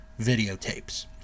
videotapes